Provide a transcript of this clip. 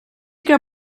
que